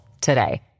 today